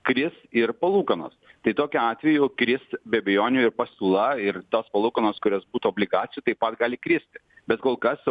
kris ir palūkanos tai tokiu atveju kris be abejonių ir pasiūla ir tos palūkanos kurios būtų obligacijų taip pat gali kristi bet kol kas